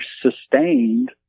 sustained